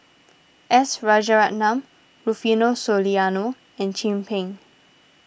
S Rajaratnam Rufino Soliano and Chin Peng